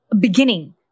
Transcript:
beginning